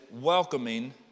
welcoming